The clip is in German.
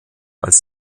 als